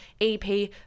EP